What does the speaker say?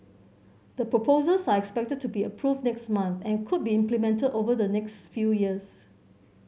the proposals are expected to be approved next month and could be implemented over the next few years